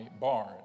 barn